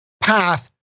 path